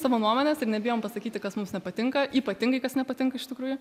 savo nuomonės ir nebijom pasakyti kas mums nepatinka ypatingai kas nepatinka iš tikrųjų